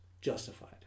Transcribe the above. justified